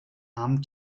armen